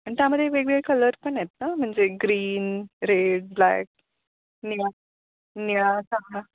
आणि त्यामध्ये वेगवेगळे कलर पण आहेत ना म्हणजे ग्रीन रेड ब्लॅक निळा निळा